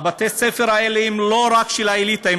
בתי-הספר האלה הם לא רק של האליטה,